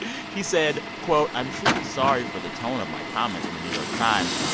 he said, quote, i'm truly sorry for the tone of my comments in the new york times.